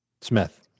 Smith